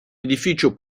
edificio